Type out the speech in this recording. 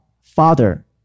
Father